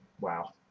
Wow